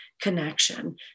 connection